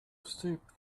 steep